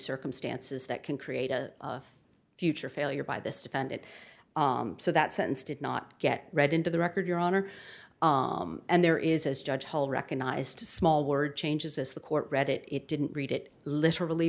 circumstances that can create a future failure by this defendant so that sentence did not get read into the record your honor and there is as judge hall recognized a small word changes as the court read it it didn't read it literally